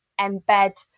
embed